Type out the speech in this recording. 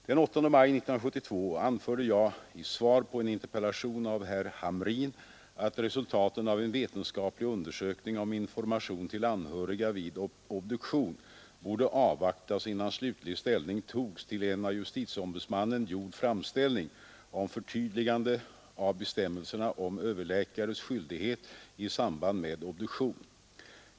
Den 8 maj 1972 anförde jag i svar på en interpellation av herr Hamrin att resultaten av en vetenskaplig undersökning om information till anhöriga vid obduktion borde avvaktas innan slutlig ställning togs till en av justitieombudsmannen gjord framställning om förtydligande av bestämmelsen om överläkares skyldigheter i samband med obduktion.